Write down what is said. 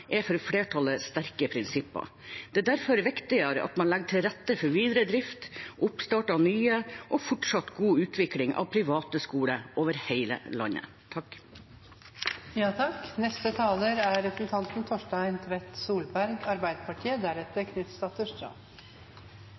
er for flertallet sterke prinsipper. Det er derfor viktig at man legger til rette for videre drift, oppstart av nye og fortsatt god utvikling av private skoler over hele landet. Denne saken og debatten er